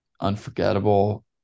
unforgettable